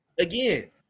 Again